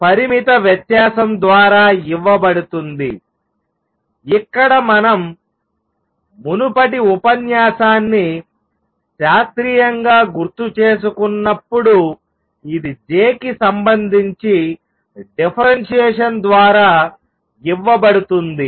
ఇది పరిమిత వ్యత్యాసం ద్వారా ఇవ్వబడుతుంది ఇక్కడ మనం మునుపటి ఉపన్యాసాన్ని శాస్త్రీయంగా గుర్తుచేసుకున్నప్పుడు ఇది j కి సంబంధించి డిఫరెన్షియేషన్ ద్వారా ఇవ్వబడుతుంది